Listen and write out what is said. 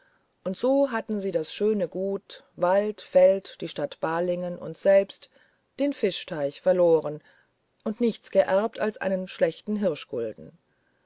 und so hatten sie das schöne gut wald feld die stadt balingen und selbst den fischteich verloren und nichts geerbt als einen schlechten